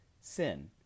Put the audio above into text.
sin